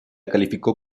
calificó